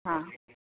हां